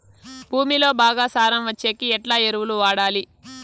భూమిలో బాగా సారం వచ్చేకి ఎట్లా ఎరువులు వాడాలి?